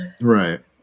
Right